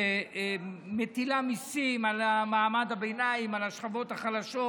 שמטילה מיסים על מעמד הביניים, על השכבות החלשות,